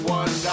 one